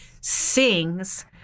sings